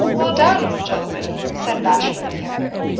well done, old gentleman! said bashwood the younger,